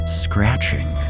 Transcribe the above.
scratching